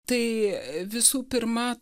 tai visų pirma